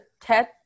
TED